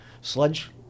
sludge